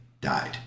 died